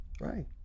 right